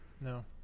No